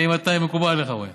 האם התנאי מקובל עליך, רועי?